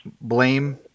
blame